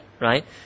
right